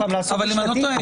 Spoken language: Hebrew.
אם אני לא טועה,